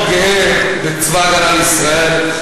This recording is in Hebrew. אני מאוד גאה בצבא ההגנה לישראל.